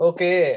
Okay